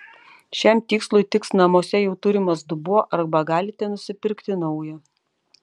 šiam tikslui tiks namuose jau turimas dubuo arba galite nusipirkti naują